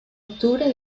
octubre